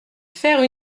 faire